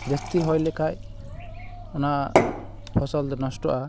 ᱡᱟᱹᱥᱛᱤᱭ ᱦᱚᱭ ᱞᱮᱠᱷᱟᱡ ᱚᱱᱟ ᱯᱷᱚᱥᱞᱫᱚ ᱱᱚᱥᱴᱚᱜᱼᱟ